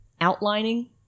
outlining